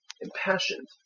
impassioned